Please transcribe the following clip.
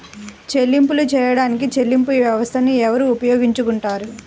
చెల్లింపులు చేయడానికి చెల్లింపు వ్యవస్థలను ఎవరు ఉపయోగించుకొంటారు?